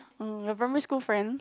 mm your primary school friend